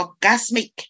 orgasmic